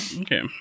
Okay